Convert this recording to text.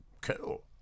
cool